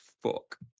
fuck